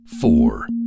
four